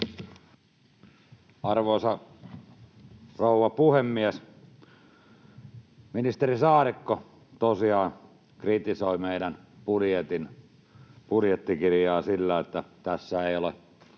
Arvoisa rouva puhemies! Ministeri Saarikko tosiaan kritisoi meidän budjettikirjaamme sillä, että tässä ei ole